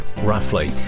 roughly